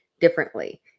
differently